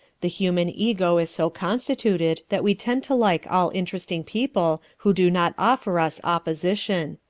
the human ego is so constituted that we tend to like all interesting people who do not offer us opposition.